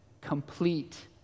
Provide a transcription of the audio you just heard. complete